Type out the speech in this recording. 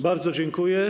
Bardzo dziękuję.